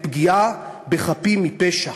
לפגיעה בחפים מפשע,